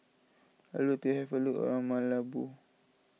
I would like to have a look around Malabo